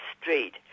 street